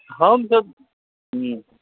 हमसब हँ